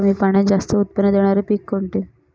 कमी पाण्यात जास्त उत्त्पन्न देणारे पीक कोणते?